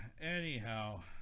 Anyhow